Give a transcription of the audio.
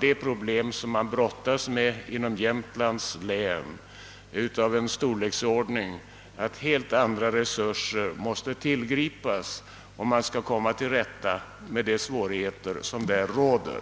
De problem man brottas med inom Jämtlands län är av en sådan storleksordning att helt andra resurser måste tillgripas, om mean skall komma till rätta med de svårigheter som råder.